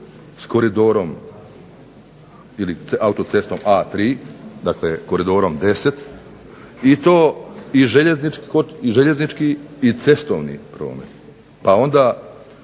se križa s autocestom A3 dakle KOridorom 10 i to i željeznički i cestovni promet. Pa onda